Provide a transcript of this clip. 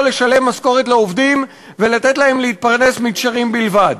לשלם משכורת לעובדים ולתת להם להתפרנס מתשרים בלבד.